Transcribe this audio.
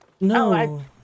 No